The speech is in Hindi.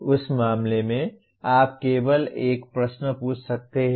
उस मामले में आप केवल एक प्रश्न पूछ सकते हैं